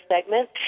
segment